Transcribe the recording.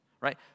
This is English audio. right